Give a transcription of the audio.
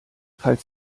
falls